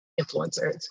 influencers